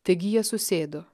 taigi jie susėdo